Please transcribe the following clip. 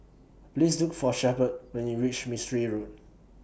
Please Look For Shepherd when YOU REACH Mistri Road